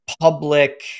public